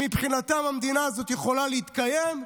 שמבחינתם המדינה הזאת יכולה להתקיים,